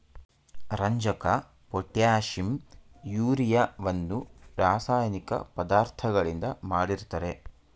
ರಂಜಕ, ಪೊಟ್ಯಾಷಿಂ, ಯೂರಿಯವನ್ನು ರಾಸಾಯನಿಕ ಪದಾರ್ಥಗಳಿಂದ ಮಾಡಿರ್ತರೆ